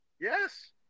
Yes